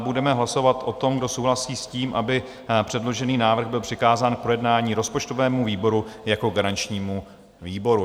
Budeme hlasovat o tom, kdo souhlasí s tím, aby předložený návrh byl přikázán k projednání rozpočtovému výboru jako garančnímu výboru.